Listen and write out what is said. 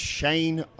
Shane